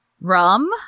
rum